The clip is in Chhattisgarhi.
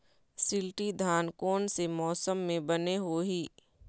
शिल्टी धान कोन से मौसम मे बने होही?